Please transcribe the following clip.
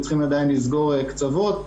ועדיין צריכים לסגור קצוות.